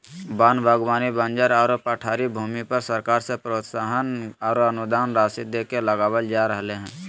वन बागवानी बंजर आरो पठारी भूमि पर सरकार से प्रोत्साहन आरो अनुदान राशि देके लगावल जा रहल हई